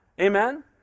Amen